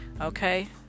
Okay